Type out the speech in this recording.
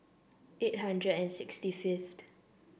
eight hundred and sixty fifth